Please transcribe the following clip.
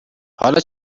حالا